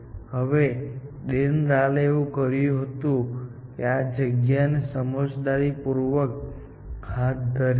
હવે ડેનરાલે એવું કર્યું હતું કે તે આ જગ્યાને સમજદારીપૂર્વક હાથ ધરે છે